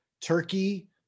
turkey